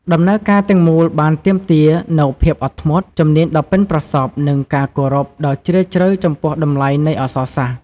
ដំណើរការទាំងមូលបានទាមទារនូវភាពអត់ធ្មត់ ជំនាញដ៏ប៉ិនប្រសប់ និងការគោរពដ៏ជ្រាលជ្រៅចំពោះតម្លៃនៃអក្សរសាស្ត្រ។